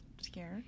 scared